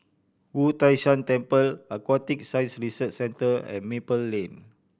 Wu Tai Shan Temple Aquatic Science Research Centre and Maple Lane